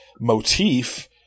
motif